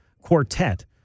quartet